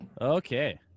Okay